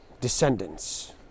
descendants